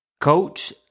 Coach